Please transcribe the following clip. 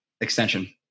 Extension